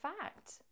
fact